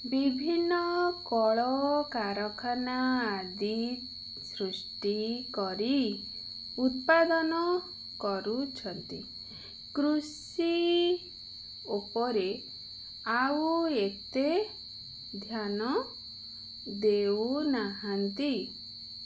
ବିଭିନ୍ନ କଳକାରଖାନା ଆଦି ସୃଷ୍ଟି କରି ଉତ୍ପାଦନ କରୁଛନ୍ତି କୃଷି ଉପରେ ଆଉ ଏତେ ଧ୍ୟାନ ଦେଉନାହାଁନ୍ତି